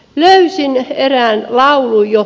löysin erään laulun